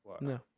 No